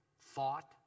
thought